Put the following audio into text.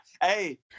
Hey